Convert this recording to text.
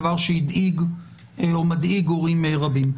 דבר שהדאיג או מדאיג הורים רבים.